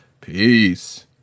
Peace